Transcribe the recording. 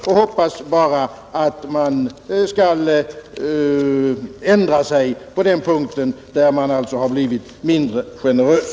Jag hoppas bara att man skall ändra sig på den punkten, där man alltså blivit mindre generös.